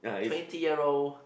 twenty year old